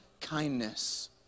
kindness